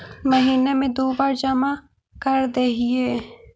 महिना मे दु बार जमा करदेहिय?